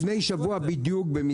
לפני שבוע בדיוק היו אצלנו,